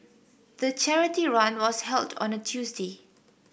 the charity run was held on a Tuesday